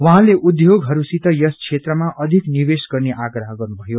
उहाँले उघ्योगहरूसित यस क्षेत्रमा अधिक निवेश गर्ने आग्रह गर्नुभयो